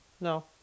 No